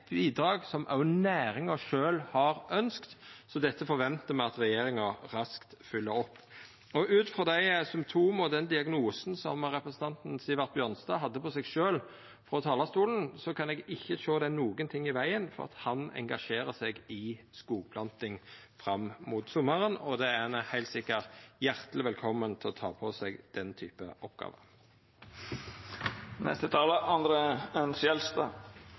bidrag som også næringa sjølv har ønskt, så dette forventar me at regjeringa raskt følgjer opp. Ut frå dei symptoma og den diagnosen som representanten Sivert Bjørnstad sette på seg sjølv frå talarstolen, kan eg ikkje sjå at det er nokon ting i vegen for at han engasjerer seg i skogplanting fram mot sommaren. Han er heilt sikkert hjarteleg velkomen til å ta på seg den